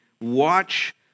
watch